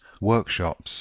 workshops